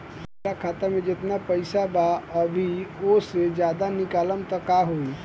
हमरा खाता मे जेतना पईसा बा अभीओसे ज्यादा निकालेम त का होई?